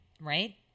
right